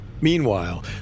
Meanwhile